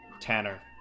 Tanner